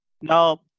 Now